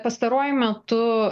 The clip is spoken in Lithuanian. pastaruoju metu